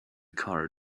car